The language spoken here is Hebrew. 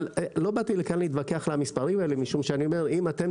אבל לא באתי לכאן להתווכח על המספרים האלה משום שאני אומר אם אתם